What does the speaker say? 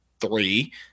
three